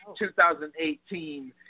2018